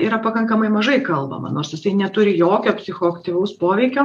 yra pakankamai mažai kalbama nors jisai neturi jokio psichoaktyvaus poveikio